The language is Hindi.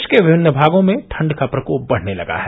प्रदेश के विभिन्न भागों में ठंड का प्रकोप बढ़ने लगा है